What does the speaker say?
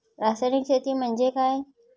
रासायनिक शेती म्हणजे काय?